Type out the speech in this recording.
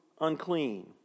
unclean